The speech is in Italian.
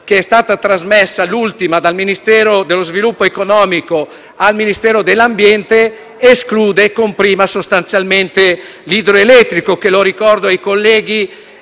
che è stata trasmessa dal Ministero dello sviluppo economico al Ministero dell'ambiente, escluda e sostanzialmente comprima l'idroelettrico, che - lo ricordo ai colleghi